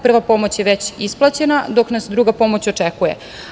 Prva pomoć je već isplaćena, dok nas druga pomoć očekuje.